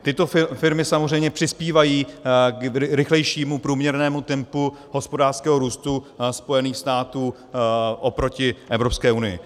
Tyto firmy samozřejmě přispívají k rychlejšímu průměrnému tempu hospodářského růstu Spojených států oproti Evropské unii.